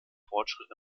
fortschritt